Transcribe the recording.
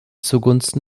zugunsten